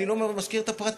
אני לא מזכיר את הפרטים,